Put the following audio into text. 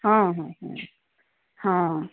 ହଁ ହଁ ହଁ ହଁ